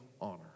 honor